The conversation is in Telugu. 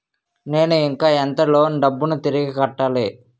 నేను ఇంకా ఎంత లోన్ డబ్బును తిరిగి కట్టాలి?